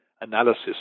analysis